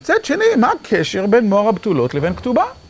מצד שני, מה הקשר בין מאור הבתולות לבין כתובה?